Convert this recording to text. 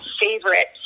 favorite